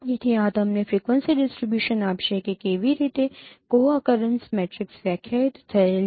તેથી આ તમને ફ્રિક્વન્સી ડિસ્ટ્રિબ્યુશન આપશે કે કેવી રીતે કો અકરેન્સ મેટ્રિક્સ વ્યાખ્યાયિત થયેલ છે